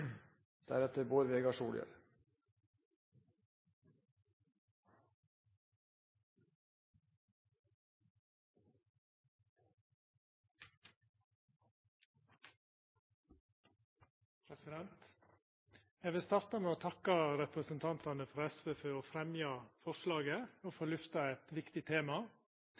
vil starta med å takka representantane frå SV for å fremja forslaget og for å lyfta eit viktig tema.